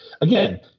again